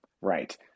Right